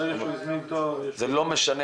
ברגע שהוא הזמין תור --- זה לא משנה